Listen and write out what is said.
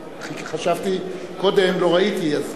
קודם לא ראיתי.